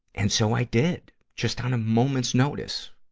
and so, i did. just on a moment's notice.